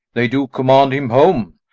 they do command him home,